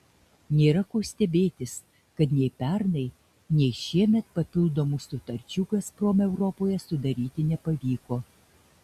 nėra ko stebėtis kad nei pernai nei šiemet papildomų sutarčių gazprom europoje sudaryti nepavyko